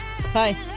Hi